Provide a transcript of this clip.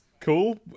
Cool